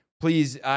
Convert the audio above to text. Please